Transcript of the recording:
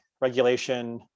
regulation